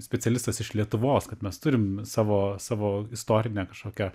specialistas iš lietuvos kad mes turim savo savo istorinę kažkokią